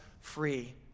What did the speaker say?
free